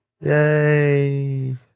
Yay